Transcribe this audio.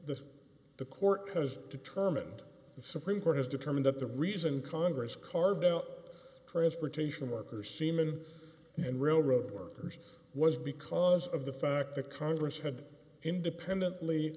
the the court has determined the supreme court has determined that the reason congress carved out transportation workers seamen and railroad workers was because of the fact that congress had independently